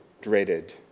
dreaded